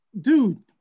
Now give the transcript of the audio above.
Dude